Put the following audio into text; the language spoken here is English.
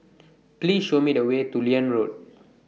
Please Show Me The Way to Liane Road